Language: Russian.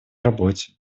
работе